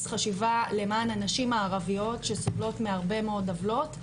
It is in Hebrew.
חשיבה למען הנשים הערביות שסובלות מהרבה מאוד עוולות,